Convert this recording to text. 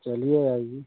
चलिए आइए